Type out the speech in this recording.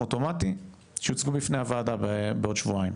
אוטומטי שיוצגו בפני הוועדה בעוד שבועיים.